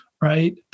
right